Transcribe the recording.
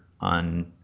on